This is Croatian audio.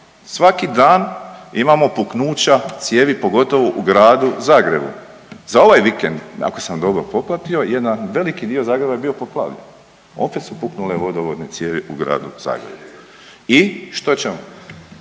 svaki dan imamo puknuća cijevi pogotovo u Gradu Zagrebu. Za ovaj vikend, ako sam dobro popratio, jedan veliki dio Zagreba je bio poplavljen, opet su puknule vodovodne cijevi u Gradu Zagrebu i što ćemo?